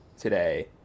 today